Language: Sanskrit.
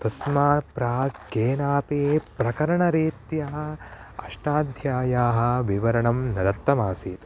तस्मात् प्राग् केनापि प्रकरणरीत्या अष्टाध्याय्याः विवरणं न दत्तमासीत्